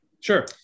sure